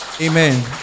Amen